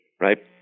Right